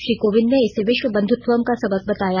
श्री कोविंद ने इसे विश्व बंध्त्वम का सबक बताया